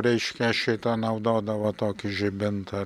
reiškia šitą naudodavo tokį žibintą